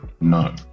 no